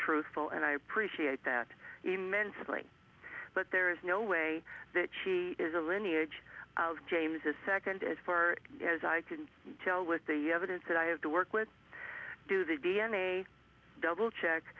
truthful and i appreciate that immensely but there is no way that she is a lineage of james a second as far as i can tell with the evidence that i have to work with do the d n a double check